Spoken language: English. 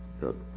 Good